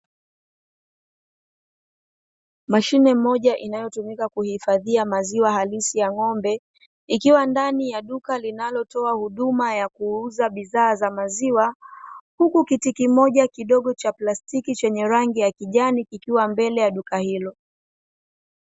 Mashine moja inayotumika kuhifadhia maziwa halisi ya ng'ombe, ikiwa ndani ya duka linalotoa huduma ya kuuza bidhaa za maziwa, huku kiti kimoja cha plastiki chenye rangi ya kijani kikiwa mbele ya duka hilo.